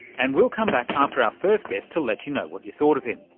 and we'll come back after our first guest to let you know what you thought of him.